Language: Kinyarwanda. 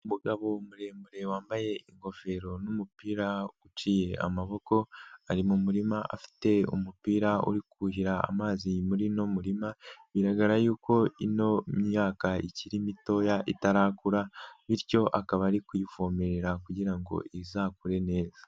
Umugabo muremure wambaye ingofero n'umupira uciye amaboko. Ari mu murima afite umupira uri kuhira amazi muri uno muririma. Biragaragara yuko ino myaka ikiri mitoya itarakura bityo akaba ari kuyivomerera kugira ngo izakure neza.